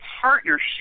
partnership